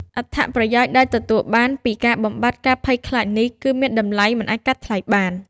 អត្ថប្រយោជន៍ដែលទទួលបានពីការបំបាត់ការភ័យខ្លាចនេះ គឺមានតម្លៃមិនអាចកាត់ថ្លៃបាន។